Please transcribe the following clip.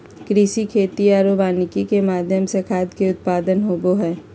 कृषि, खेती आरो वानिकी के माध्यम से खाद्य के उत्पादन होबो हइ